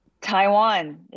Taiwan